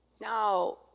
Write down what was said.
Now